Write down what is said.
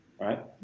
Right